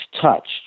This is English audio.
touched